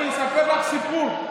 אני אספר לך סיפור.